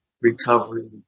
recovery